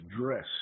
dress